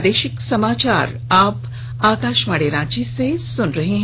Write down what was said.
प्रादेशिक समाचार आप आकाशवाणी रांची से सुन रहे हैं